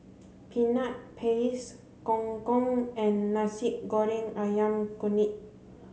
peanut paste gong gong and Nasi Goreng Ayam Kunyit